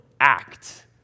act